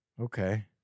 okay